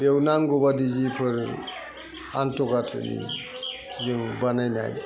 बेयाव नांगौबादि जिफोर आन्थ' गाथ'नि जों बानायनाय